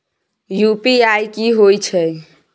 UPI की होय छै?